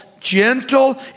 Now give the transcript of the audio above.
gentle